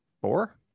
four